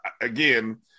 again